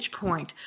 point